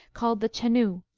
called the chenoo,